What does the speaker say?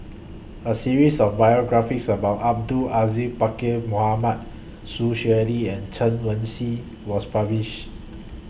A series of biographies about Abdul Aziz Pakkeer Mohamed Sun Xueling and Chen Wen Hsi was published